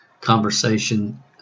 conversation